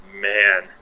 man